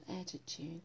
attitude